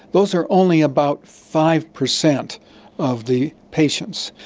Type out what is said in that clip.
those are only about five percent of the patients.